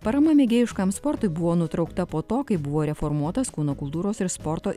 parama mėgėjiškam sportui buvo nutraukta po to kai buvo reformuotas kūno kultūros ir sporto